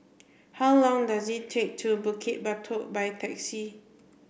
how long does it take to Bukit Batok by taxi